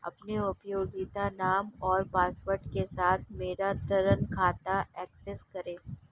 अपने उपयोगकर्ता नाम और पासवर्ड के साथ मेरा ऋण खाता एक्सेस करें